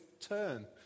turn